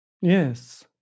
Yes